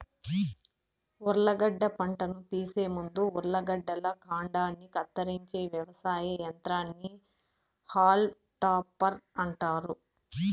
ఉర్లగడ్డ పంటను తీసే ముందు ఉర్లగడ్డల కాండాన్ని కత్తిరించే వ్యవసాయ యంత్రాన్ని హాల్మ్ టాపర్ అంటారు